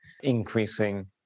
increasing